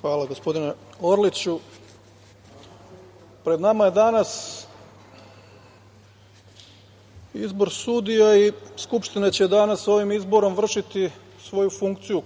Hvala, gospodine Orliću. Pred nama je danas izbor sudija i Skupština će danas ovim izborom vršiti svoju funkciju,